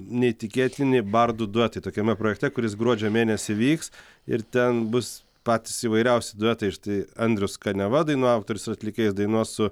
neįtikėtini bardų duetai tokiame projekte kuris gruodžio mėnesį vyks ir ten bus patys įvairiausi duetai štai andrius kaniava dainų autorius ir atlikėjas dainuos su